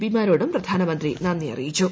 P മാരോടും പ്രധാനമന്ത്രി നന്ദി അറിയിച്ചു